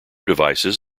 devices